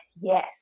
Yes